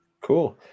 Cool